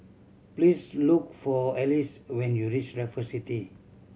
please look for Alize when you reach Raffle City